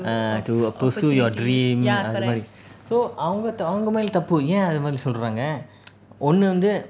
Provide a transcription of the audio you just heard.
ah to err pursue your dream அது மாதிரி:adhu mathiri so அவங்க மேல தப்பு ஏன் அது மாதிரி சொல்றாங்க ஒண்ணு வந்து:avanga mela thappu yen adhu mathiri solraanga onnu vanthu